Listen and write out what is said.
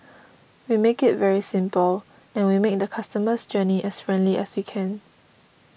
we make it very simple and we make the customer's journey as friendly as we can